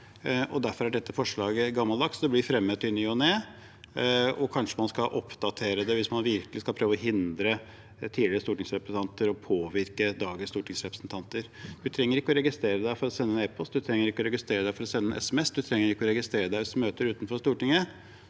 og derfor er dette forslaget gammeldags. Det blir fremmet i ny og ne, og kanskje skulle man oppdatere det hvis man virkelig skal prøve å hindre tidligere stortingsrepresentanter i å påvirke dagens stortingsrepresentanter. Man trenger ikke registrere seg for å sende en e-post, man trenger ikke registrere seg for å sende en SMS, man trenger ikke registrere seg for å ha møter utenfor Stortinget,